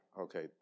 Okay